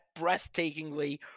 breathtakingly